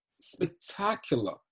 spectacular